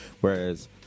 whereas